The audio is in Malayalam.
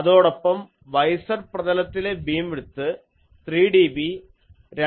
അതോടൊപ്പം y z പ്രതലത്തിൽ ഉള്ള ബീം വിഡ്ത്ത് 3dB 2